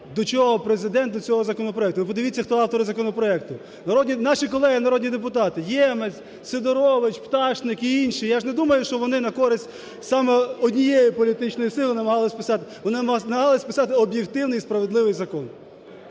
до чого Президент до цього законопроекту. Ви подивіться, хто автори законопроекту! Наші колеги народні депутати: Ємець, Сидорович, Пташник і інші. Я ж не думаю, що вони на користь саме однієї політичної сили намагалися писати. Вони намагались писати об'єктивний і справедливий закон.